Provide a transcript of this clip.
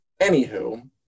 Anywho